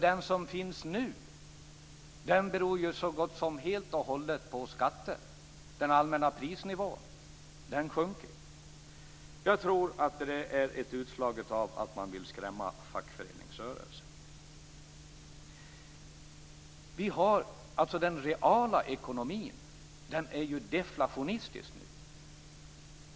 Den som finns nu beror så gott som helt och hållet på skatter. Den allmänna prisnivån sjunker. Jag tror att det är ett utslag av att man vill skrämma fackföreningsrörelsen. Den reala ekonomin är deflationistisk.